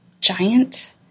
giant